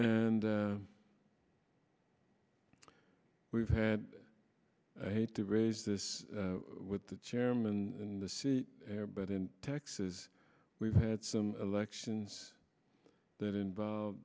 and we've had i hate to raise this with the chairman and the sea air but in texas we've had some elections that involve